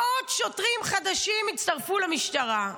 מאות שוטרים חדשים הצטרפו למשטרה.